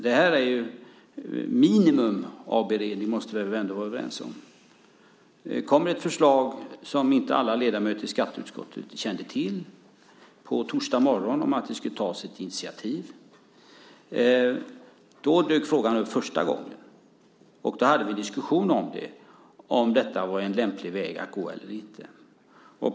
Det här är ju ett minimum av beredning. Det måste vi väl ändå vara överens om. Det kom ett förslag som inte alla ledamöter i skatteutskottet kände till på torsdagsmorgonen om att det skulle tas ett initiativ. Då dök frågan upp första gången. Vi hade en diskussion om detta var en lämplig väg att gå eller inte.